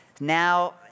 Now